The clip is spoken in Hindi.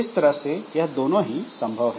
इस तरह से यह दोनों ही संभव हैं